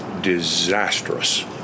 disastrous